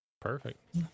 perfect